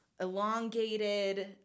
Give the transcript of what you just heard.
elongated